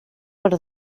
per